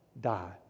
die